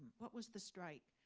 what was the strike?